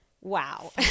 wow